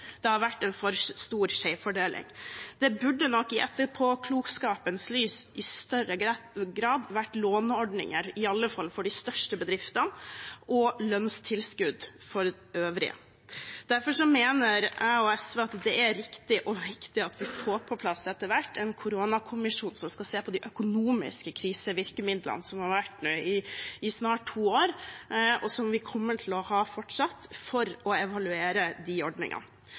Det har vært en for stor skjevfordeling. Det burde nok, i etterpåklokskapens lys, i større grad vært låneordninger, i alle fall for de største bedriftene, og lønnstilskudd for de øvrige. Derfor mener jeg og SV at det er riktig og viktig at vi etter hvert får på plass en koronakommisjon som skal se på de økonomiske krisevirkemidlene som nå har vært i snart to år, og som vi kommer til å ha fortsatt, for å evaluere de ordningene.